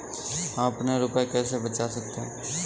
हम अपने रुपये कैसे बचा सकते हैं?